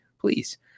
please